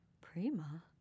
Prima